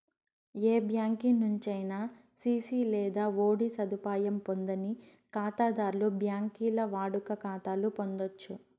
ఏ బ్యాంకి నుంచైనా సిసి లేదా ఓడీ సదుపాయం పొందని కాతాధర్లు బాంకీల్ల వాడుక కాతాలు పొందచ్చు